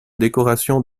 décoration